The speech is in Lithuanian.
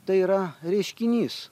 tai yra reiškinys